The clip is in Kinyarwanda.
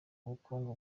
ubukungu